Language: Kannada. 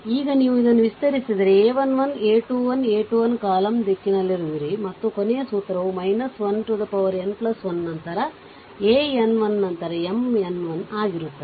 ಈಗ ನೀವು ಇದನ್ನು ವಿಸ್ತರಿಸಿದರೆ a 1 1 a 21 a 2 1 ಕಾಲಮ್ನ ದಿಕ್ಕಿನಲ್ಲಿರುವಿರಿ ಮತ್ತು ಕೊನೆಯ ಸೂತ್ರವು 1n1 ನಂತರ an 1ನಂತರ Mn 1 ಆಗಿರುತ್ತದೆ